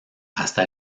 hasta